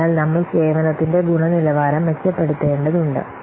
അതിനാൽ നമ്മൾ സേവനത്തിന്റെ ഗുണനിലവാരം മെച്ചപ്പെടുത്തേണ്ടതുണ്ട്